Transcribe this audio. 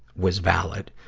was valid.